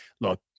look